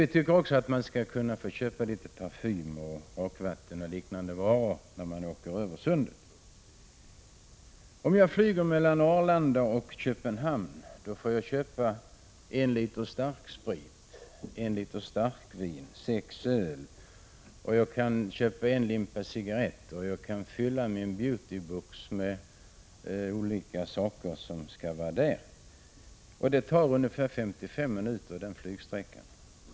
Vi tycker också att man skall kunna få köpa litet parfym, rakvatten och liknande varor när man åker över sundet. Om jag flyger mellan Arlanda och Köpenhamn får jag köpa en liter starksprit, en liter starkvin och sex öl. Jag kan också köpa en limpa cigarretter och jag kan fylla min beautybox med olika saker som skall vara där. Den flygningen tar ungefär 55 minuter.